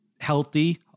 healthy